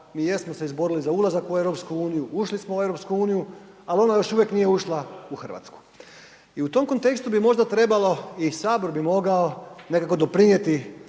mi jesmo se izborili za ulazak u EU, ušli smo u EU, ali ona još uvijek nije ušla u Hrvatsku. I u tom kontekstu bi možda trebalo i Sabor bi mogao nekako doprinijeti